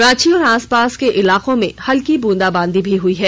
रांची और आसपास के इलाकों में हल्की बूंदाबांदी भी हुई है